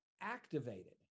activated